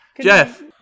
Jeff